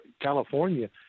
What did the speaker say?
California